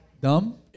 Dumb